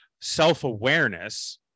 self-awareness